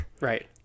Right